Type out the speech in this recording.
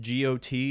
got